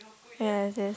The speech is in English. and exists